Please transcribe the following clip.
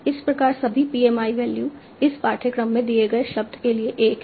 इस प्रकार सभी PMI वैल्यू इस पाठ्यक्रम पर दिए गए शब्द के लिए 1 है